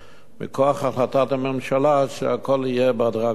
מכוח החלטת הממשלה שהכול יהיה בהדרגתיות.